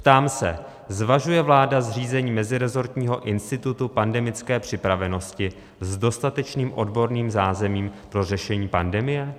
Ptám se, zvažuje vláda zřízení meziresortního institutu pandemické připravenosti s dostatečným odborným zázemím pro řešení pandemie?